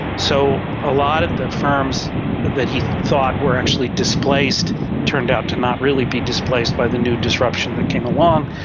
so a lot of the firms that he thought were actually displaced turned out to not really be displaced by the new disruption that came along,